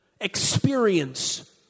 experience